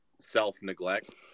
self-neglect